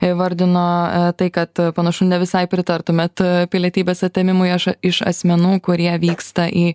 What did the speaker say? įvardino tai kad panašu ne visai pritartumėt pilietybės atėmimui aš iš asmenų kurie vyksta į